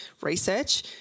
research